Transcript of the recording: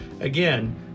Again